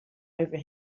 over